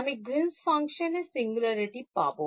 আমি greens function এ singularity পাব